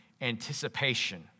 anticipation